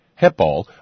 Hepal